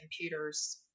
computers